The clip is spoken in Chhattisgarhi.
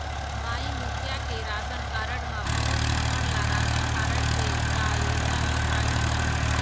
माई मुखिया के राशन कारड म पुरुष हमन ला रासनकारड से का योजना मिल पाही का?